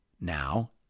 now